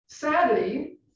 Sadly